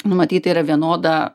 numatyta yra vienoda